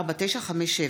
4957,